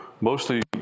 mostly